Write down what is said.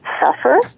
Suffer